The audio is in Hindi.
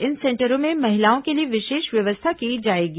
इन सेंटरों में महिलाओं के लिए विशेष व्यवस्था की जाएगी